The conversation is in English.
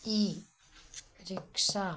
E rickshaw